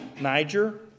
Niger